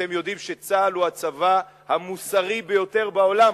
אתם יודעים שצה"ל הוא הצבא המוסרי ביותר בעולם.